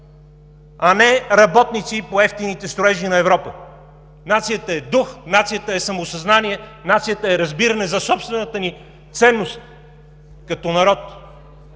а не работници по евтините строежи на Европа. Нацията е дух, нацията е самосъзнание, нацията е разбиране за собствената ни ценност, като народ